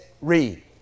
read